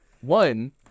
One